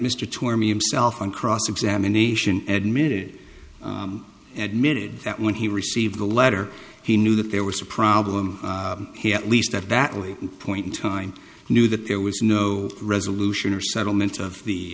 i'm self on cross examination admitted at myriad that when he received the letter he knew that there was a problem he at least at that point in time knew that there was no resolution or settlement of the